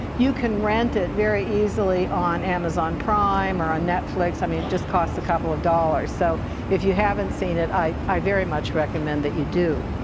you can rent it very easily on amazon prime or on netflix, i mean it just costs a couple of dollars, so if you haven't seen it i i very much recommend that you do.